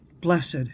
blessed